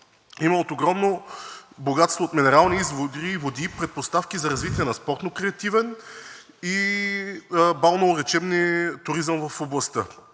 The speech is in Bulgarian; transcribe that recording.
Има огромно богатство от минерални извори и води, предпоставки за развитие на спортно-рекреативен и балнеолечебен туризъм в областта.